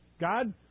God